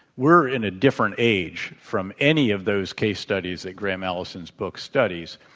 we're in a different age from any of those case studies that graham allison's book studies,